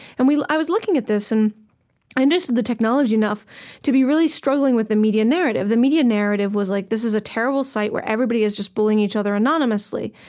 and i was looking at this, and i understood the technology enough to be really struggling with the media narrative. the media narrative was, like, this is a terrible site where everybody is just bullying each other anonymously.